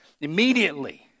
Immediately